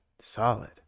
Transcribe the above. Solid